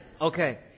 Okay